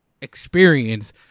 experience